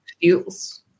feels